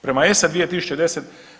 Prema ESA 2010.